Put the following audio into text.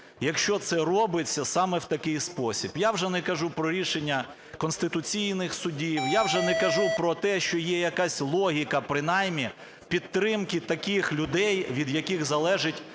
якщо це робиться саме в такий спосіб. Я вже не кажу про рішення конституційних судів, я вже не кажу про те, що є якась логіка принаймні підтримки таких людей, від яких залежить